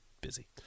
busy